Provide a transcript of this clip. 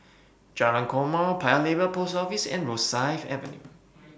Jalan Korma Paya Lebar Post Office and Rosyth Avenue